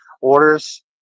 orders